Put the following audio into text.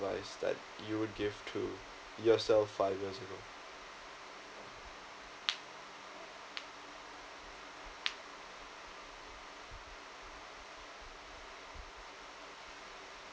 that you'd give to yourself five years ago